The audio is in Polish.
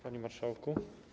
Panie Marszałku!